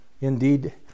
indeed